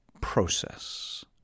process